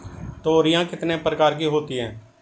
तोरियां कितने प्रकार की होती हैं?